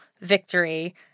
victory